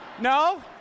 No